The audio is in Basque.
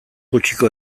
gutxiko